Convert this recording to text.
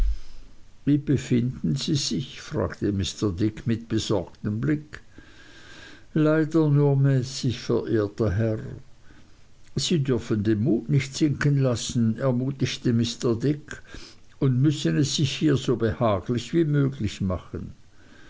wie befinden sie sich fragte mr dick mit besorgtem blick leider nur mäßig verehrter herr sie dürfen den mut nicht sinken lassen ermutigte mr dick und müssen es sich hier so behaglich wie möglich machen